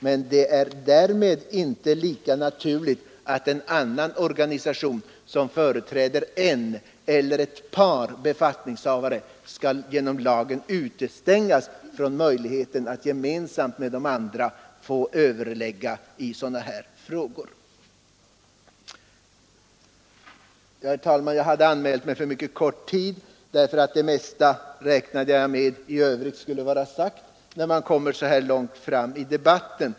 Men det är därmed inte lika naturligt att en annan organisation, som företräder en eller ett par befattningshavare, genom lagen skall utestängas från möjligheten att gemensamt med de andra få överlägga i sådana här frågor. Herr talman! Jag hade anmält mig för ett kort anförande därför att jag räknade med att det mesta i övrigt skulle vara sagt när man kommit så här långt fram i debatten.